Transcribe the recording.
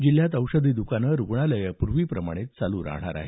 जिल्ह्यात औषध द्कानं रुग्णालयं पूर्वी प्रमाणेच चालू राहणार आहेत